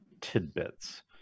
tidbits